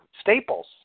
Staples